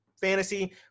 fantasy